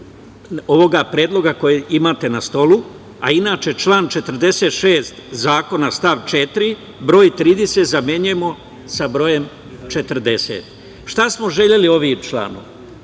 ovog predloga koji imate na stolu, a inače član 46. Zakona stav 4. - broj 30 zamenjujemo sa brojem 40. Šta smo želeli ovim članom?